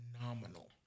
phenomenal